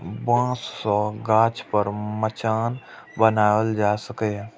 बांस सं गाछ पर मचान बनाएल जा सकैए